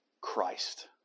Christ